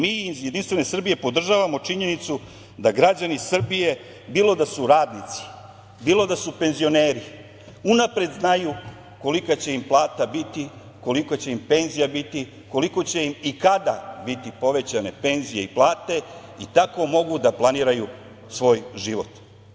Mi iz JS podržavamo činjenicu da građani Srbije, bilo da su radnici, bilo da su penzioneri, unapred znaju kolika će im plata biti, kolika će im penzija biti, koliko će im i kada biti povećane penzije i plate i tako mogu da planiraju svoj život.